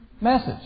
message